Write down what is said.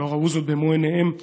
לא ראו זאת במו עיניהם,